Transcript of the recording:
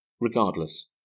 Regardless